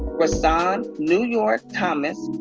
rahsaan new york thomas,